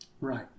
Right